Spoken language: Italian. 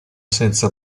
senza